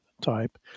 type